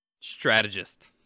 Strategist